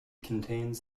contains